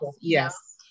yes